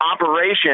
operation